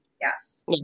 Yes